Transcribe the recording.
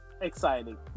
Exciting